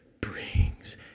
brings